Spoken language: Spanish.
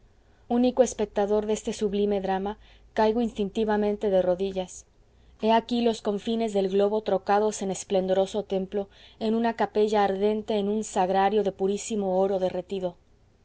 único espectador de este sublime drama caigo instintivamente de rodillas he aquí los confines del globo trocados en esplendoroso templo en una capella ardente en un sagrario de purísimo oro